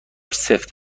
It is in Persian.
سفت